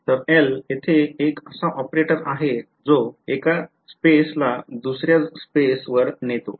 तर L येथे एक असा ऑपरेटर आहे जो एका जागेला दुसर्या जागेवर नेतो